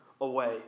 away